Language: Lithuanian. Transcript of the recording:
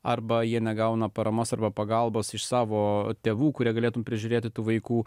arba jie negauna paramos arba pagalbos iš savo tėvų kurie galėtumei prižiūrėti tų vaikų